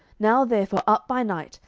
now therefore up by night,